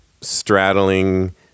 straddling